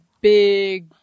big